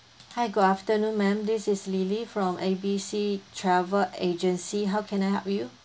hi good afternoon ma'am this is lily from A B C travel agency how can I help you